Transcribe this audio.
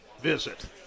visit